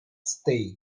stake